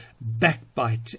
Backbite